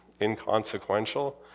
inconsequential